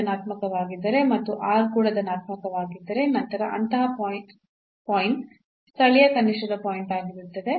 ಧನಾತ್ಮಕವಾಗಿದ್ದರೆ ಮತ್ತು r ಕೂಡ ಧನಾತ್ಮಕವಾಗಿದ್ದರೆ ನಂತರ ಅಂತಹ ಪಾಯಿಂಟ್ ಸ್ಥಳೀಯ ಕನಿಷ್ಠದ ಪಾಯಿಂಟ್ ಆಗಿರುತ್ತದೆ